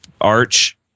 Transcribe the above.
Arch